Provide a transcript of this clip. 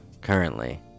currently